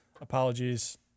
Apologies